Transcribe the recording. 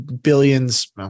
billions